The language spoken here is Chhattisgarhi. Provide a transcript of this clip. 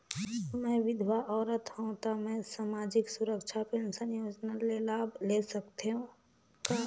मैं विधवा औरत हवं त मै समाजिक सुरक्षा पेंशन योजना ले लाभ ले सकथे हव का?